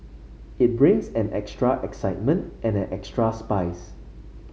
it brings an extra excitement and an extra spice